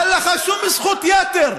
אין לך שום זכות יתר.